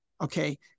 Okay